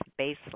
baseline